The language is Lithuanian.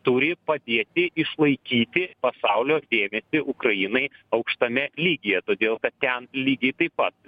turi padėti išlaikyti pasaulio dėmesį ukrainai aukštame lygyje todėl kad ten lygiai taip pat